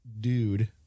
dude